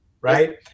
Right